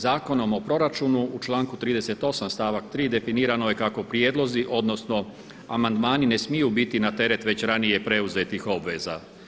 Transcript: Zakonom o proračunu u članku 38. stavak 3. definirano je kako prijedlozi, odnosno amandmani ne smiju biti na teret već ranije preuzetih obveza.